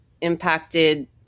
impacted